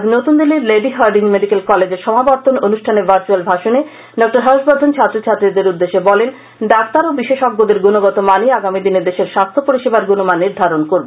আজ নতুন দিল্লির লেডি হার্ডিঞ্জ মেডিকেল কলেজের সমাবতর্দন অনুষ্ঠানে ভার্চুয়াল ভাষণে ডঃ হর্ষবর্ধন ছাত্রছাত্রীদের উদ্দেশ্যে বলেন ডাক্তার ও বিশেষজ্ঞদের গুণগতমানই আগামীদিনে দেশের স্বাস্থ্য পরিষেবার গুণমান নির্ধারণ করবে